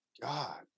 God